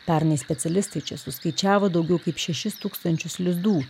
pernai specialistai čia suskaičiavo daugiau kaip šešis tūkstančius lizdų